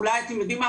אולי אתם יודעים מה?